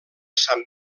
sant